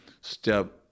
step